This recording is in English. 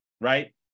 right